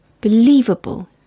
believable